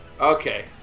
Okay